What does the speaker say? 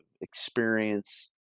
experience